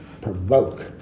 provoke